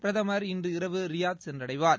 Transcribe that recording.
பிரதமர் இன்றிரவு ரியாத் சென்றடைவார்